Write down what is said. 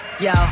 Yo